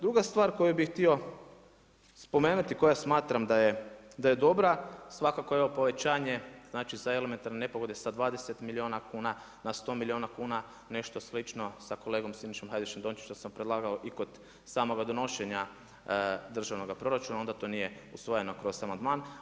Druga stvar koju bih htio spomenuti, koja smatram da je dobra, svakako je ovo povećanje znači za elementarne nepogode sa 20 milijuna kuna na 100 milijuna kuna, nešto slično sa kolegom Sinišom Hajdaš-Dončićem sam predlagao i kod samoga donošenja državnoga proračuna a onda to nije usvojeno kroz amandman.